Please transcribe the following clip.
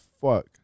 fuck